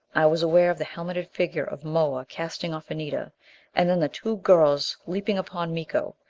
i was aware of the helmeted figure of moa casting off anita and then the two girls leaping upon miko.